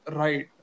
right